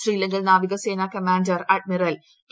ശ്രീലങ്കൻ നാവികസേന commander admiral ഉക